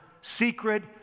secret